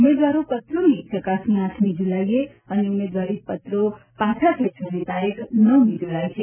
ઉમેદવારીપત્રોની ચકાસણી આઠમી જૂલાઇએ અને ઉમેદવારીપત્રકો પાછા ખેંચવાની તારીખ નવમી જુલાઇ છે